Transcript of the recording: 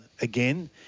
again